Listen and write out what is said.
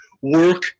work